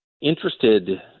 interested